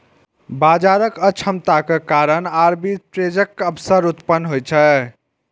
बाजारक अक्षमताक कारण आर्बिट्रेजक अवसर उत्पन्न होइ छै